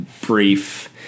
brief